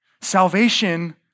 Salvation